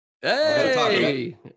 Hey